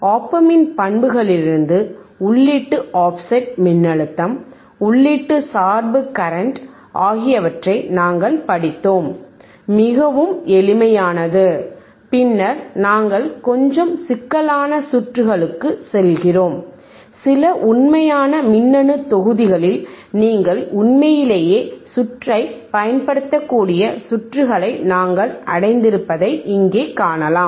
op ஆம்பின் பண்புகளிலிருந்து உள்ளீட்டு ஆஃப்செட் மின்னழுத்தம் உள்ளீட்டு சார்பு கரெண்ட் ஆகியவற்றை நாங்கள் படித்தோம் மிகவும் எளிமையானது பின்னர் நாங்கள் கொஞ்சம் சிக்கலான சுற்றுகளுக்குச் செல்கிறோம் சில உண்மையான மின்னணு தொகுதிகளில் நீங்கள் உண்மையிலேயே சுற்றை பயன்படுத்தக்கூடிய சுற்றுகளை நாங்கள் அடைந்திருப்பதை இங்கே காணலாம்